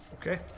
Okay